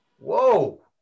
Whoa